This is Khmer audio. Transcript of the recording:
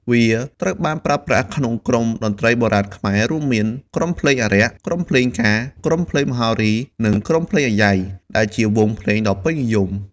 វាត្រូវបានប្រើប្រាស់ក្នុងក្រុមតន្ត្រីបុរាណខ្មែរ រួមមាន ក្រុមភ្លេងអារក្ស ក្រុមភ្លេងការ ក្រុមភ្លេងមហោរី និងក្រុមភ្លេងអាយ៉ៃ ដែលជាវង់ភ្លេងដ៏ពេញនិយម។